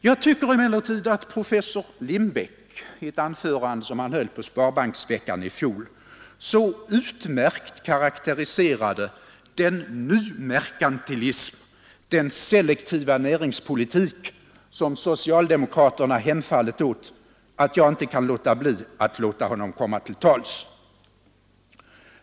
Jag tycker emellertid att professor Lindbeck i ett anförande som han höll på Sparbanksveckan i fjol så utmärkt karakteriserade den nymerkantilism, den selektiva näringspolitik, som socialdemokraterna hemfallit åt, att jag inte kan avstå från att låta honom komma till tals.